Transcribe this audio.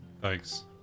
thanks